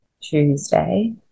Tuesday